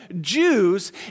Jews